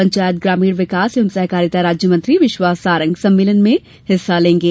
पंचायत ग्रामीण विकास एवं सहकारिता राज्य मंत्री विश्वास सारंग सम्मेलन में मुख्य अतिथि होंगे